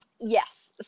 Yes